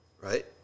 Right